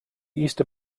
easter